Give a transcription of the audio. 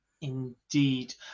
Indeed